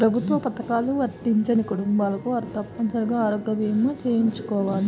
ప్రభుత్వ పథకాలు వర్తించని కుటుంబాల వారు తప్పనిసరిగా ఆరోగ్య భీమా చేయించుకోవాలి